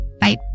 bye